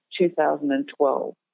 2012